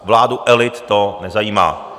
Vládu elit to nezajímá!